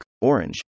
orange